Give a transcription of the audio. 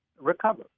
Recover